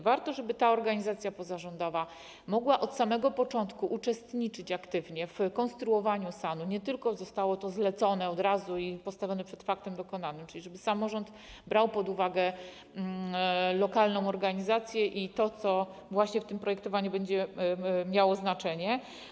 Warto, żeby ta organizacja pozarządowa mogła od samego początku uczestniczyć aktywnie w konstruowaniu SAN-u, żeby nie zostało to niejako zlecone i żeby nie była ona postawiona przed faktem dokonanym, czyli żeby samorząd brał pod uwagę lokalną organizację i to, co właśnie w tym projektowaniu będzie miało znaczenie.